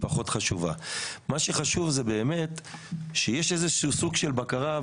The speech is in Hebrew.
מה שחשוב לי זה שתהיה סוג של בקרה.